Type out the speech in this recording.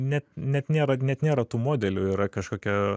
ne net nėra net nėra tų modelių yra kažkokia